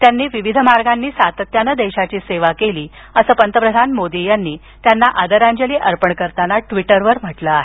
त्यांनी विविध मार्गांनी सातत्यानं देशाची सेवा केली असं पंतप्रधान मोदी यांनी त्यांना आदरांजली अर्पण करताना ट्वीटरवर म्हटलं आहे